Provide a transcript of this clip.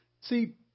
See